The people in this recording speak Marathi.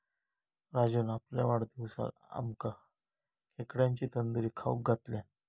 राजून आपल्या वाढदिवसाक आमका खेकड्यांची तंदूरी खाऊक घातल्यान